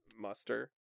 muster